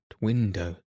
window